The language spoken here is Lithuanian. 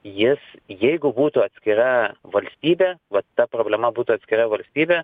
jis jeigu būtų atskira valstybė vat ta problema būtų atskira valstybė